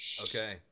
Okay